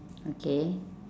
okay